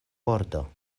pordo